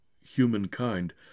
humankind